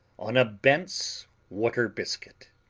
on a bent's water biscuit.